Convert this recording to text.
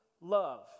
love